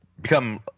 become